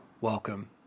Welcome